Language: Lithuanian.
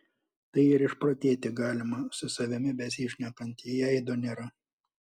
tai ir išprotėti galima su savimi besišnekant jei aido nėra